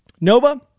Nova